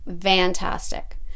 fantastic